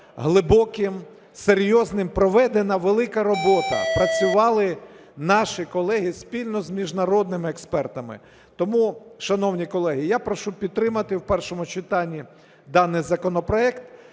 глибоким, серйозним. Проведена велика робота, працювали наші колеги спільно з міжнародними експертами. Тому, шановні колеги, я прошу підтримати в першому читанні даний законопроект,